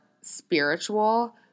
spiritual